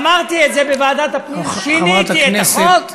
אמרתי את זה בוועדת הפנים, שיניתי את החוק,